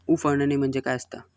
उफणणी म्हणजे काय असतां?